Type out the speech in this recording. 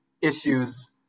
issues